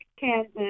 Kansas